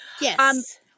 Yes